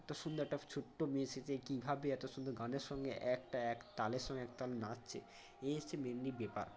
এত সুন্দর একটা ছোট্ট মেয়ে সেজে কীভাবে এত সুন্দর গানের সঙ্গে একটা এক তালের সঙ্গে একদম নাচছে এই হচ্ছে মেনলি ব্যাপার